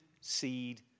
seed